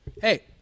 Hey